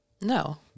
No